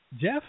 Jeff